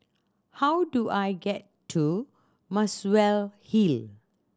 how do I get to Muswell Hill